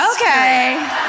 Okay